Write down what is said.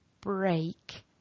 break